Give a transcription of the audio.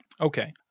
okay